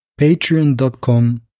Patreon.com